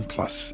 Plus